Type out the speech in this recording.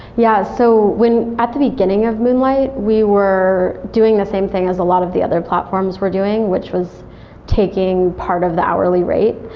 yeah. so at the beginning of moonlight, we were doing the same thing as a lot of the other platforms we're doing, which was taking part of the hourly rate.